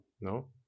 no